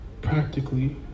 Practically